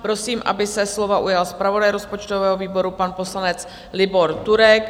Prosím, aby se slova ujal zpravodaj rozpočtového výboru, pan poslanec Libor Turek.